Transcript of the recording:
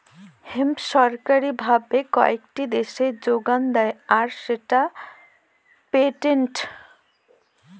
hemp সরকারি ভাবে কয়েকটি দেশে যোগান দেয় আর সেটা পেটেন্টেড